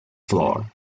floor